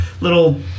little